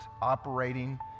operating